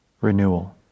renewal